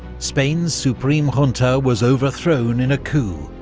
spain's supreme junta was overthrown in a coup,